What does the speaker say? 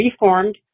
reformed